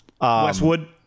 Westwood